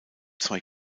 zwei